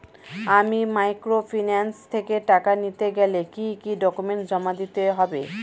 আমি মাইক্রোফিন্যান্স থেকে টাকা নিতে গেলে কি কি ডকুমেন্টস জমা দিতে হবে?